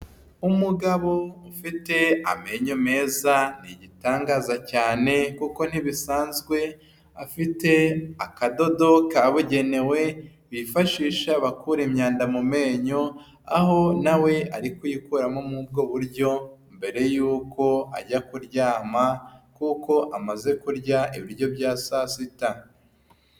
Umugabo ufite amenyo meza ni igitangaza cyane kuko ntibisanzwe, afite akadodo kabugenewe bifashisha bakura imyanda mu menyo, aho nawe ari kuyikuramo muri ubwo buryo mbere y'uko ajya kuryama kuko amaze kurya ibiryo bya saa sita.